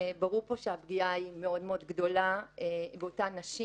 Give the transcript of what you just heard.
ברור פה שהפגיעה היא מאוד מאוד גדולה באותן נשים.